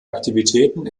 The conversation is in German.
aktivitäten